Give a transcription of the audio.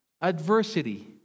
adversity